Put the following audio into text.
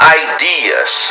ideas